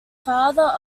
father